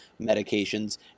medications